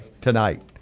tonight